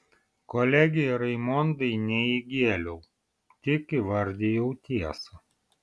kolegei raimondai ne įgėliau tik įvardijau tiesą